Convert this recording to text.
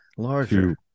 Larger